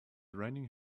raining